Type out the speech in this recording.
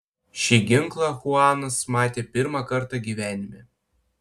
šį ginklą chuanas matė pirmą kartą gyvenime